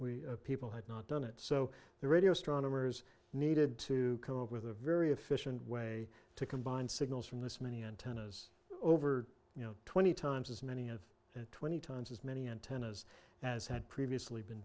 we people had not done it so the radio astronomy years needed to come up with a very efficient way to combine signals from this many antennas over you know twenty times as many of twenty times as many antennas as had previously been